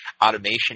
automation